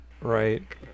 right